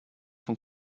von